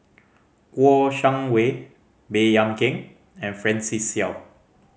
Kouo Shang Wei Baey Yam Keng and Francis Seow